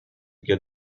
get